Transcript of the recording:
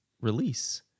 release